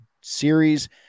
Series